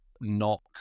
knock